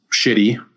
shitty